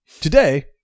today